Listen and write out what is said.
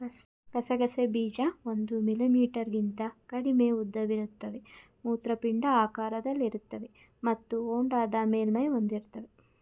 ಗಸಗಸೆ ಬೀಜ ಒಂದು ಮಿಲಿಮೀಟರ್ಗಿಂತ ಕಡಿಮೆ ಉದ್ದವಿರುತ್ತವೆ ಮೂತ್ರಪಿಂಡ ಆಕಾರದಲ್ಲಿರ್ತವೆ ಮತ್ತು ಹೊಂಡದ ಮೇಲ್ಮೈ ಹೊಂದಿರ್ತವೆ